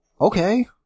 Okay